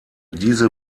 diese